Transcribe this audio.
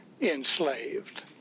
enslaved